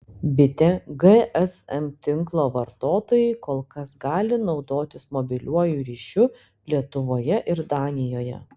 bitė gsm tinklo vartotojai kol kas gali naudotis mobiliuoju ryšiu lietuvoje ir danijoje